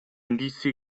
indizi